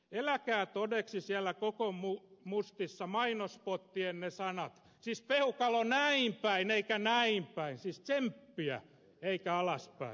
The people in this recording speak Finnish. eläkää todeksi siellä kokomustissa mainosspottienne sanat siis peukalo näinpäin eikä näinpäin siis tsemppiä eikä alaspäin näinhän se menee